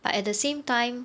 but at the same time